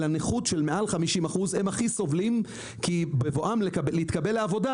והם הכי סובלים כי הם מופלים בבואם להתקבל לעבודה.